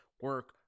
Work